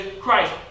Christ